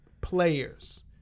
players